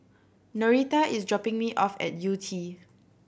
Norita is dropping me off at Yew Tee